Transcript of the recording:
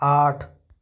आठ